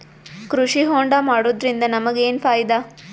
ಕೃಷಿ ಹೋಂಡಾ ಮಾಡೋದ್ರಿಂದ ನಮಗ ಏನ್ ಫಾಯಿದಾ?